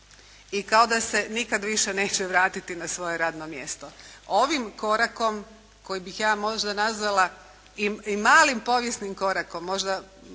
I kada se nikada više neće vratiti na svoje radno mjesto. Ovim korakom koji bih ja možda nazvala i malim povijesnim korakom, možda